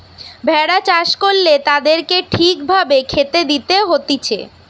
ভেড়া চাষ করলে তাদেরকে ঠিক ভাবে খেতে দিতে হতিছে